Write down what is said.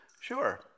Sure